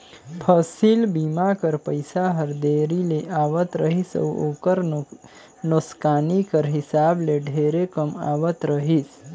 फसिल बीमा कर पइसा हर देरी ले आवत रहिस अउ ओकर नोसकानी कर हिसाब ले ढेरे कम आवत रहिस